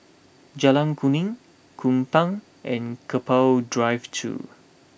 Jalan Kuning Kupang and Keppel Drive two